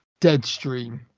Deadstream